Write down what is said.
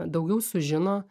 daugiau sužino